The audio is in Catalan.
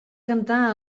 cantar